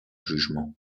jugement